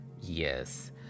Yes